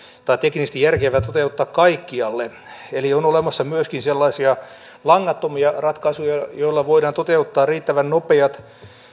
tai teknisesti järkevää toteuttaa kaikkialle eli on olemassa myöskin sellaisia langattomia ratkaisuja joilla voidaan toteuttaa riittävän nopeat